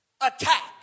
attack